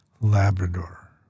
Labrador